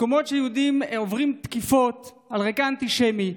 מקומות שבהם יהודים עוברים תקיפות על רקע אנטישמי,